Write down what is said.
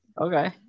Okay